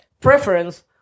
preference